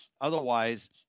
otherwise